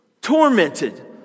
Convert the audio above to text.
tormented